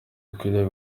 akwiriye